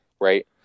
right